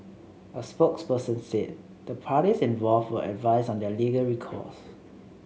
a spokesperson said the parties involved were advised on their legal recourse